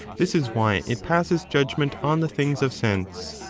this is why it passes judgment on the things of sense.